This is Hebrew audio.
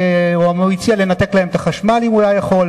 הוא הציע לנתק להם את החשמל אם הוא היה יכול,